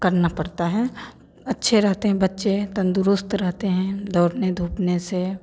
करना पड़ता है अच्छे रहते हैं बच्चे तंदुरुस्त रहते हैं दौड़ने धूपने से